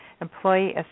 Employee